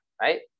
right